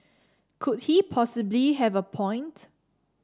could he possibly have a point